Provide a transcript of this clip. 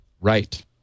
Right